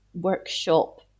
workshop